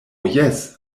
jes